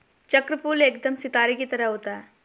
चक्रफूल एकदम सितारे की तरह होता है